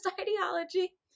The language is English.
ideology